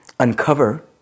uncover